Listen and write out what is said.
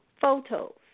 photos